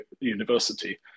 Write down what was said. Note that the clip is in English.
University